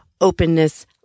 openness